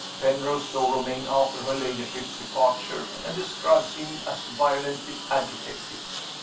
penrose saw romayne after her ladyship's departure, and describes him as violently agitated.